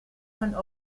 von